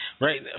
Right